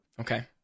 Okay